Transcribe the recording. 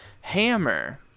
hammer